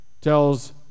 tells